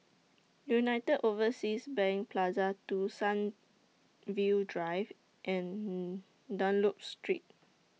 United Overseas Bank Plaza two Sunview Drive and Dunlop Street